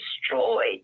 destroyed